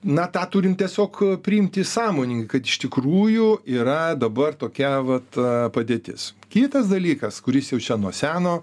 na tą turim tiesiog priimti sąmoningai kad iš tikrųjų yra dabar tokia vat padėtis kitas dalykas kuris jau čia nuo seno